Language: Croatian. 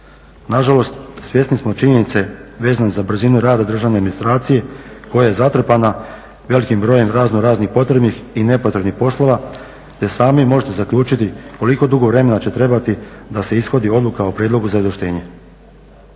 Nažalost, svjesni smo činjenice vezane za brzinu rada državne administracije koja je zatrpana velikim brojem razno raznih potrebnih i nepotrebnih poslova te sami možete zaključiti koliko dugo vremena će trebati da se ishodi odluka o prijedlogu za izvlaštenje.